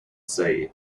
sea